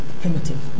primitive